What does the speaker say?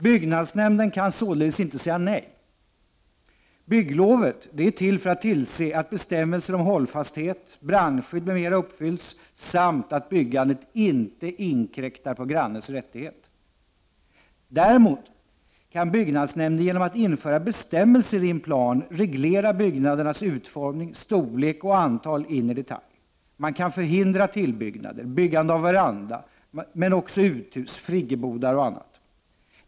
Byggnadsnämnden kan således inte säga nej. Bygglovet är till för att tillse att bestämmelser om hållfasthet, brandskydd, m.m. uppfylls samt att byggandet inte inkräktar på grannes rättighet. Däremot kan byggnadsnämnden genom att införa bestämmelser i en plan reglera byggnadernas utformning, storlek och antal in i detalj. Man kan förhindra tillbyggnader, byggande av veranda men också uthus, friggebodar och annat.